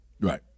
Right